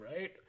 right